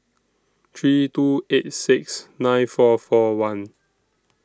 three two eight six nine four four one